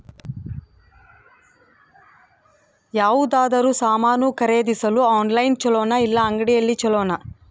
ಯಾವುದಾದರೂ ಸಾಮಾನು ಖರೇದಿಸಲು ಆನ್ಲೈನ್ ಛೊಲೊನಾ ಇಲ್ಲ ಅಂಗಡಿಯಲ್ಲಿ ಛೊಲೊನಾ?